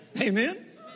Amen